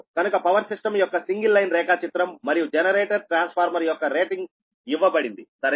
కనుక power system యొక్క single line రేఖాచిత్రం మరియు జనరేటర్ ట్రాన్స్ఫార్మర్ యొక్క రేటింగ్ ఇవ్వబడింది సరేనా